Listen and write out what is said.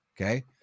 Okay